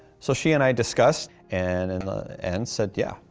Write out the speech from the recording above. so, she and i discussed and and and said yeah,